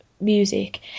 music